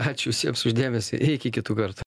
ačiū visiems už dėmesį ir iki kitų kartų